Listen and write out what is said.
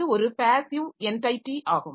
அது ஒரு passive entity ஆகும்